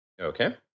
Okay